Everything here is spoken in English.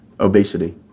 Obesity